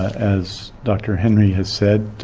as doctor henry has said,